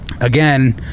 again